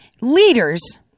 leaders